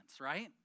right